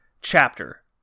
chapter